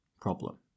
problem